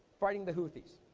fighting the houthis.